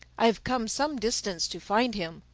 i have come some distance to find him,